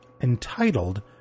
entitled